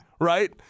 Right